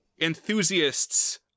Enthusiasts